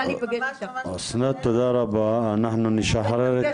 אסנת, תודה רבה, אנחנו נשחרר את